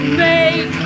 make